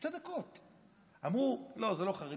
בשתי דקות, אמרו: לא, זה לא לחרדים.